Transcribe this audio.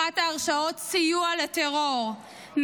אחת ההרשעות סיוע לטרור,